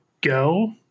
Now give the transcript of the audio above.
go